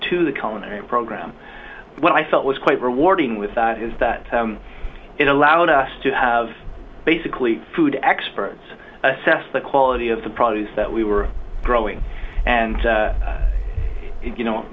colony program what i felt was quite rewarding with that is that it allowed us to have basically food experts assess the quality of the products that we were growing and you know